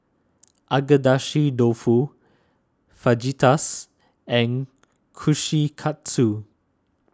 Agedashi Dofu Fajitas and Kushikatsu